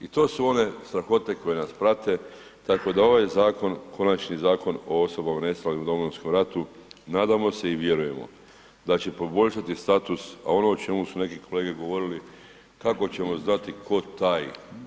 I to su one strahote koje nas prate, tako da ovaj zakon konačni Zakon o osobama nestalim u Domovinskom ratu nadamo se i vjerujemo da će poboljšati status, a ono o čemu su neki kolege govori, kako ćemo znati tko taj